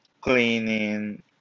cleaning